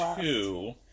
two